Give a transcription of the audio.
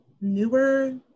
newer